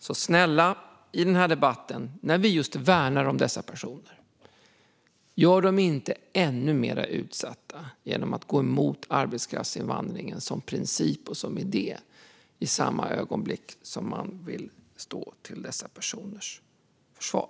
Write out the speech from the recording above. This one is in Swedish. Så snälla, i den här debatten, när vi värnar om dessa personer, låt oss inte göra dem ännu mer utsatta genom att gå emot arbetskraftsinvandringen som princip och idé i samma ögonblick som vi vill stå upp till dessa personers försvar!